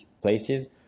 places